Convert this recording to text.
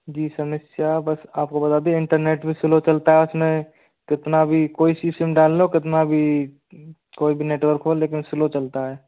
जी समस्या बस आप को बता दिया इंटरनेट भी स्लो चलता है उस में कितना भी कोई सी सिम डाल लो कितना भी कोई भी नेटवर्क हो लेकिन स्लो चलता है